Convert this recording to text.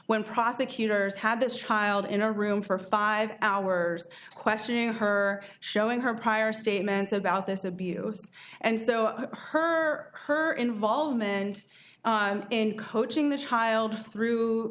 when prosecutors had this child in a room for five hours questioning her showing her prior statements about this abuse and so her her involvement in coaching the child through